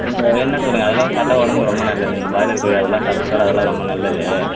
நீங்கள் வேணும்னா சொல்லுங்கள் அதெல்லாம் சாப்பிட்டா உடம்புக்கு ரொம்ப நல்லது இந்த பாய்லர் கோழி அதெல்லாம் சாப்பிடறதோட அதெல்லாம் ரொம்ப நல்லது